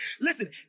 Listen